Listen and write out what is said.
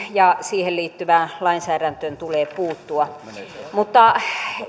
ja siihen liittyvään lainsäädäntöön tulee puuttua mutta